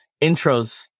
intros